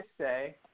say